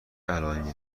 علائمی